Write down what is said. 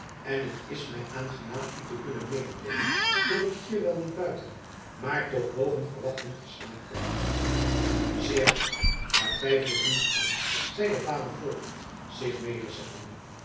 en het is mij aangenaam u te kunnen mededeelen dat ik hier wel niet buiten maar toch boven verwachting geslaagd ben zeer goed daar twijfel ik niet aan zeide vader volkert zich